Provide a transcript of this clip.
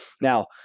Now